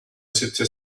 city